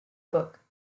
book